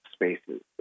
spaces